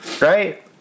Right